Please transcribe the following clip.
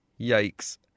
Yikes